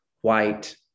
white